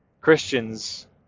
Christians